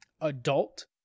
Adult